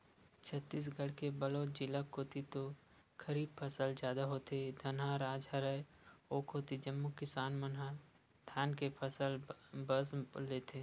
छत्तीसगढ़ के बलोद जिला कोती तो खरीफ फसल जादा होथे, धनहा राज हरय ओ कोती जम्मो किसान मन ह धाने के फसल बस लेथे